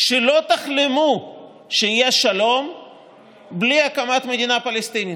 שלא תחלמו שיהיה שלום בלי הקמת מדינה פלסטינית.